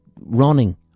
running